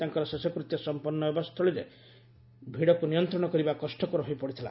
ତାଙ୍କର ଶେଷକୃତ୍ୟ ସଂପନ୍ନ ହେବା ସ୍ଥଳୀରେ ମଧ୍ୟ ଭିଡ଼କୁ ନିୟନ୍ତ୍ରଣ କରିବା କଷ୍ଟକର ହୋଇପଡ଼ିଥିଲା